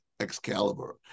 Excalibur